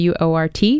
WORT